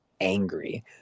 angry